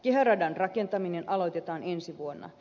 kehäradan rakentaminen aloitetaan ensi vuonna